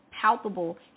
palpable